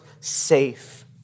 safe